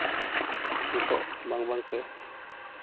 ᱱᱤᱛᱚᱜ ᱵᱟᱝ ᱵᱟᱝᱛᱮ